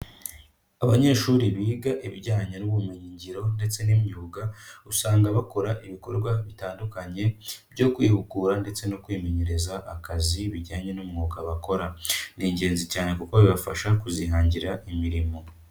Abanyeshuri biga ibijyanye n'ubumenyingiro ndetse n'imyuga, usanga bakora ibikorwa bitandukanye byo kwihugura ndetse no kwimenyereza akazi bijyanye n'umwuga bakora, ni ingenzi cyane kuko bibafasha kuzihangira imirimo.